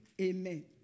Amen